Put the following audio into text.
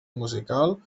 musical